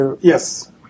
Yes